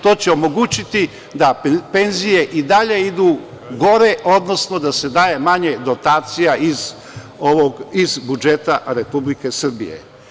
To omogućiti da penzije i dalje idu gore, odnosno da se daje manje dotacija iz budžeta Republike Srbije.